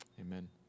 Amen